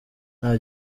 nta